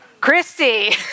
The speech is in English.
Christy